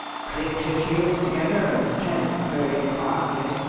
clicked his heels together, and said very quietly,